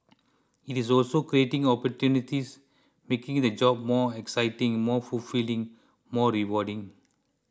it is also creating opportunities making the job more exciting more fulfilling more rewarding